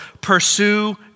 pursue